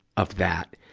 of that.